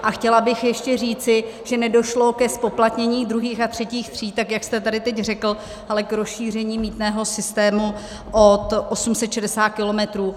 A chtěla bych ještě říci, že nedošlo ke zpoplatnění druhých a třetích tříd, jak jste tady teď řekl, ale k rozšíření mýtného systému o 860 kilometrů.